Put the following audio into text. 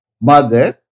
mother